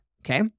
Okay